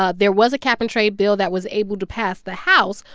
ah there was a cap-and-trade bill that was able to pass the house,